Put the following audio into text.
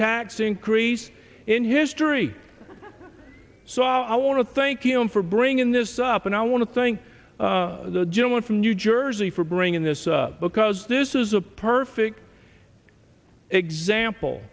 tax increase in history so i want to thank him for bringing this up and i want to thank the gentleman from new jersey for bringing this because this is a perfect example